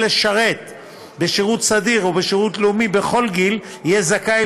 לשרת בשירות סדיר או בשירות לאומי בכל גיל יהיה זכאי